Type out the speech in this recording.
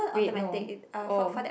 wait no oh